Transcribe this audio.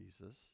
Jesus